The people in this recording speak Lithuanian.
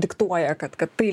diktuoja kad kad tai